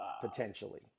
potentially